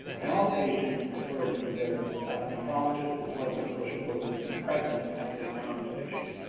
and all patients preferred, for their nephrologist, as well as the social worker, to be present at this conversation.